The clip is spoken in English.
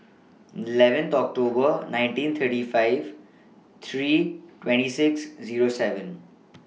eleven October nineteen thirty five three twenty six Zero seven